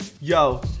Yo